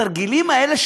התרגילים האלה,